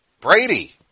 Brady